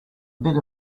bit